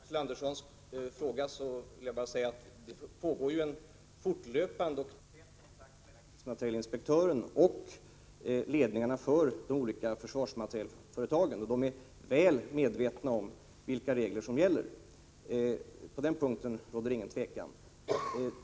Herr talman! Såsom svar på Axel Anderssons fråga vill jag säga att det ju sker fortlöpande och täta kontakter mellan krigsmaterielinspektören och ledningarna för de olika försvarsmaterielföretagen. De är väl medvetna om vilka regler som gäller. På den punkten råder det ingen tvekan.